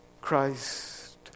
Christ